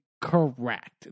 correct